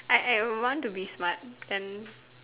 I I would want to be smart then